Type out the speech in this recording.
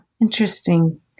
interesting